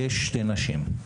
יש שתי נשים כרגע.